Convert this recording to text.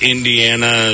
Indiana